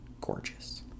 Gorgeous